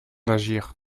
d’agir